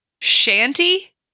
Shanty